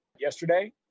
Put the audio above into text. yesterday